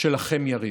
שלכם, יריב".